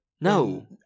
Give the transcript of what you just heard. no